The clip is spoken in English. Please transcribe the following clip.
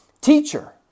Teacher